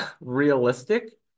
realistic